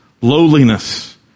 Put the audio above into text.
lowliness